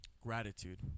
Gratitude